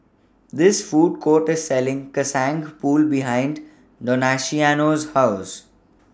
This Food Court A Selling Kacang Pool behind Donaciano's House